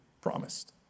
promised